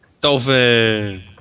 Dolphin